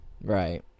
right